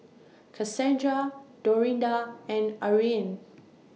Kassandra Dorinda and Ariane